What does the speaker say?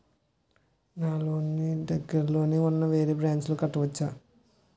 నా లోన్ నీ దగ్గర్లోని ఉన్న వేరే బ్రాంచ్ లో కట్టవచా?